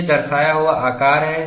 ये दर्शाया हुआ आकार हैं